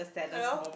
hello